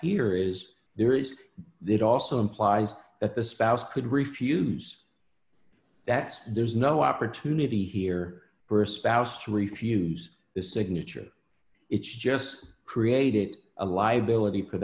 here is there is the it also implies that the spouse could refuse that there is no opportunity here for a spouse refuse the signature it's just created a liability for